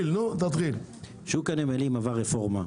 שוק הנמלים עבר רפורמה.